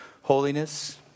holiness